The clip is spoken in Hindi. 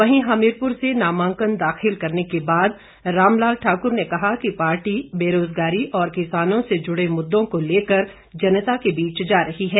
वहीं हमीरपुर से नामांकन दाखिल करने के बाद रामलाल ठाकुर ने कहा कि पार्टी बेरोजगारी और किसानों से जुड़े मुद्दों को लेकर जनता के बीच जा रही है